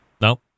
no